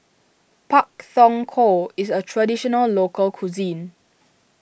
Pak Thong Ko is a Traditional Local Cuisine